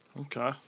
Okay